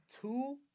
two